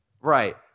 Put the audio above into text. Right